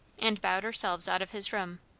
and bowed ourselves out of his room.